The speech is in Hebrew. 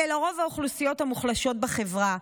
אלה לרוב האוכלוסיות המוחלשות בחברה.